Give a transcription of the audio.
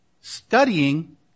studying